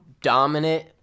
dominant